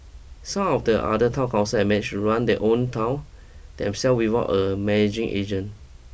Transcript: some of the other town council have managed to run their towns themselves without a managing agent